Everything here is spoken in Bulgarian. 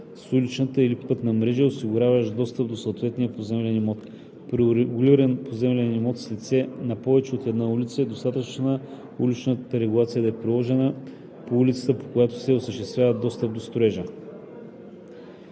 с уличната или пътната мрежа и осигуряваща достъп до съответния поземлен имот. При урегулиран поземлен имот с лице на повече от една улица е достатъчно уличната регулация да е приложена по улицата, по която се осъществява достъпът до строежа.“